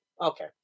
okay